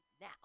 now